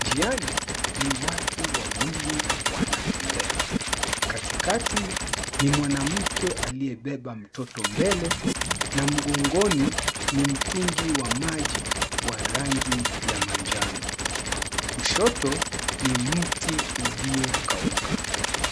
njiani ni watu wawili wanatembea katikati ni mwanamke aliyebeba mtoto mbele na mgongoni ni mtungi wa maji wa rangi ya manjano ,kushoto ni mti uliyo kauka.